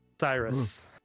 Cyrus